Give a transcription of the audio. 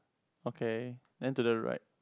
okay then to the right